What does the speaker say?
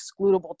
excludable